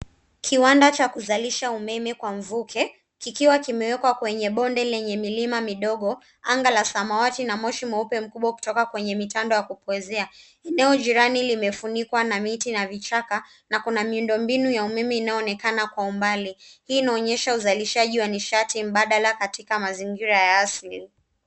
Kiwanda cha kuzalisha umeme kwa mvuke, kikiwa kimeekwa kwenye bonde lenye milima midogo, anga la samawati na moshi mweupe mkubwa kutoka kwenye mitando ya kupoezea. Eneo jirani limefunikwa na miti na vichaka na kuna miundombinu ya umeme inayoonekana kwa umbali. Hii inaonyesha uzalishaji wa nishati mbadala katika mazingira ya asili.